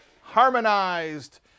harmonized